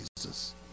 Jesus